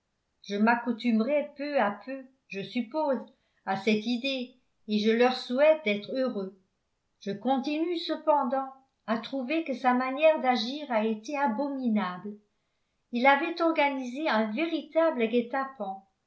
je m'accoutumerai peu à peu je suppose à cette idée et je leur souhaite d'être heureux je continue cependant à trouver que sa manière d'agir a été abominable il avait organisé un véritable guet-apens